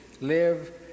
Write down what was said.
live